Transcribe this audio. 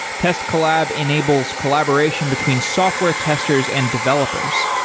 test collab enables collaboration between software testers and developers.